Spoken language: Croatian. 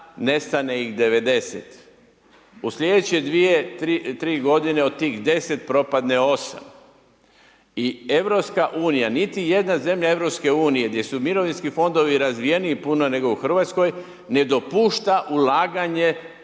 nestane ih 90, u slijedeće 2-3 godine od tih 10 propadne 8 i EU, niti jedna zemlja EU gdje su mirovinski fondovi razvijeniji puno nego u RH, ne dopušta ulaganje